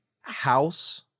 house